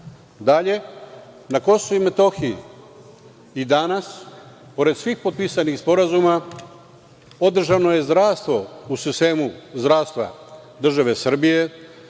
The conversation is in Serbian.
na KiM i danas, pored svih potpisanih sporazuma, podržano je zdravstvo u sistemu zdravstva države Srbije,